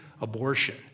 abortion